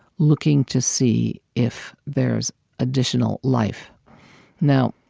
looking to see if there's additional life now,